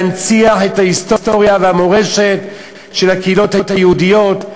להנציח את ההיסטוריה והמורשת של הקהילות היהודיות,